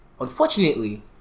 unfortunately